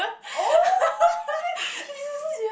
oh that's cute